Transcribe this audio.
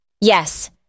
Yes